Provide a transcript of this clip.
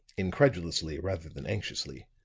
incredulously, rather than anxiously.